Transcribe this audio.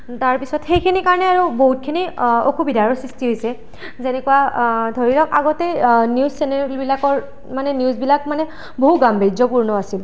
তাৰ পিছত সেইখিনিৰ কাৰণে আৰু বহুতখিনি অসুবিধাৰো সৃষ্টি হৈছে যেনেকুৱা ধৰি লওঁক আগতে নিউজ চেনেলবিলাকৰ মানে নিউজবিলাক মানে বহু গাম্ভীৰ্য্যপূৰ্ণ আছিল